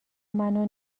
منو